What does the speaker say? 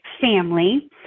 family